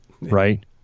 right